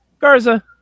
Garza